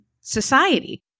society